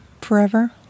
forever